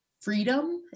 freedom